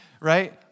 right